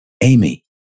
Amy